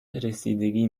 رسیدگی